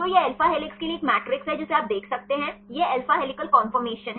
तो यह alpha helix के लिए एक मैट्रिक्स है जिसे आप देख सकते हैं यह अल्फा हेलिकल कंफॉर्मेशन है